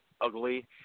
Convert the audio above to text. ugly